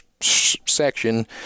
section